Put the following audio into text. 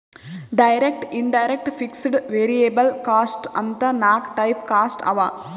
direct, indirect, fixed, variable cost ಅಂತ್ ನಾಕ್ type cost ಅವಾ